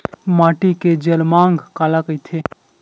माटी के जलमांग काला कइथे?